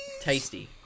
Tasty